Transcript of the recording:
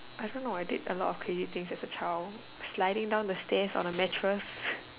I don't know I did a lot of crazy things as a child sliding down the stairs on a mattress